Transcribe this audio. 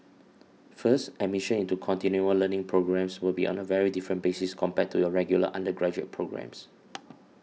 first admission into continual learning programmes will be on a very different basis compared to your regular undergraduate programmes